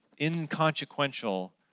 inconsequential